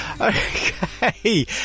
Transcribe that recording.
Okay